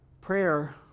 Prayer